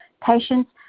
Patients